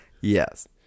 yes